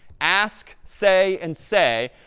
ask, say, and say.